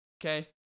Okay